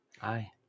Hi